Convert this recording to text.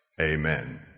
amen